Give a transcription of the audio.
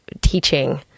teaching